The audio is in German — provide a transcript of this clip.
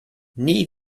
nie